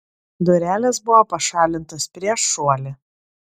durelės buvo pašalintos prieš šuolį